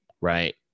right